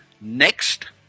next